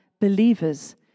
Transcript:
believers